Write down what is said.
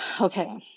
Okay